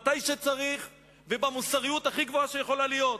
מתי שצריך ובמוסריות הכי גבוהה שיכולה להיות.